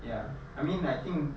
ya I mean I think